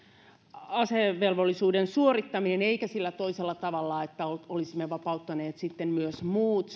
asevelvollisuuden suorittaminen eikä sillä toisella tavalla että olisimme samalla tavalla vapauttaneet sitten myös muut